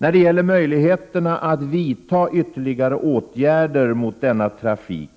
När det gäller möjligheterna att vidta ytterligare åtgärder mot denna trafik